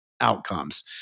outcomes